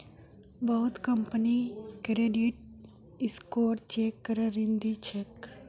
बहुत company credit score check करे ऋण दी छेक